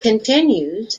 continues